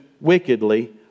wickedly